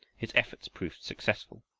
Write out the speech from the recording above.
his efforts proved successful,